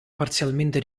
parzialmente